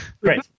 great